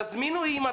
תזמינו את האימא,